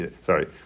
sorry